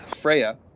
Freya